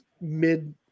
mid